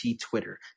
Twitter